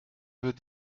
veux